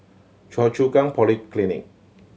Choa Chu Kang Polyclinic